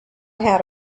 had